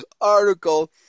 article